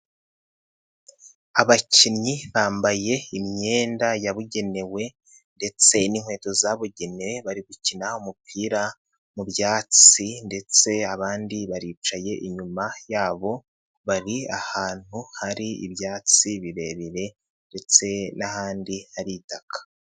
Abakinnyi bambaye imyenda yabugenewe ndetse n'inkweto zabugenewe bari gukina umupira mu byatsi ndetse abandi baricaye inyuma yabo bari ahantu hari ibyatsi birebire ndetse n'ahandi hari itaka.